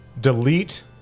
delete